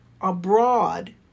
abroad